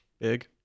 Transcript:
Big